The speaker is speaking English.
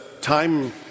time